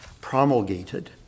promulgated